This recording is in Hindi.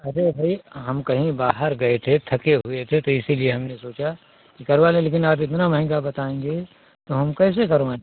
अरे अभी हम कहीं बाहर गये थे थके हुए थे तो इसीलिए हमने सोचा कि करवा लें लेकिन आप इतना महंगा बताएंगे तो हम कैसे करवाएं